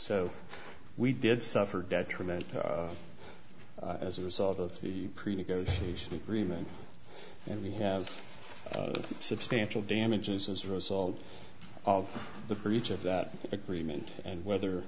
so we did suffer detriment as a result of the pre negotiation agreement and we have substantial damages as a result of the breach of that agreement and whether